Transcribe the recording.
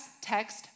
text